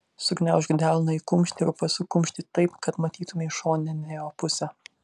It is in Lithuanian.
sugniaužk delną į kumštį ir pasuk kumštį taip kad matytumei šoninę jo pusę